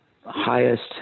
highest